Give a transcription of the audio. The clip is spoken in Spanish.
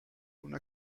una